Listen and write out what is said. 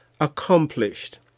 accomplished